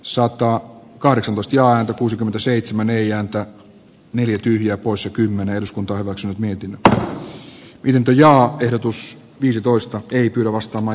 sakkaa kahdeksan postiaan kuusikymmentäseitsemän ei ääntä neljä tyhjää poissa kymmenen johtamassa hyvinvointiyhteiskunnan ytimeen ulottuviin ja suomea keskittäviin leikkauksiin